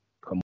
come